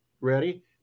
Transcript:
ready